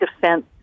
defense